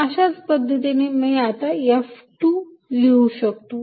अशाच पद्धतीने मी आता F2 लिहू शकतो